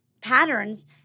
patterns